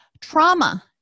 Trauma